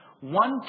One